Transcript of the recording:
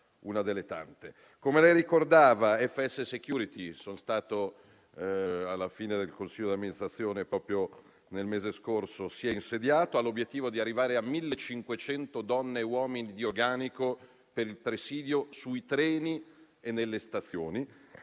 Come lei ricordava, FS Security si è insediata. Sono stato al consiglio di amministrazione proprio nel mese scorso. Essa ha l'obiettivo di arrivare a 1.500 donne e uomini di organico per il presidio sui treni e nelle stazioni.